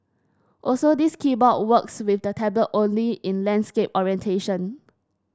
also this keyboard works with the tablet only in landscape orientation